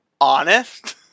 honest